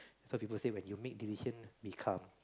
so people say when you make decision be calm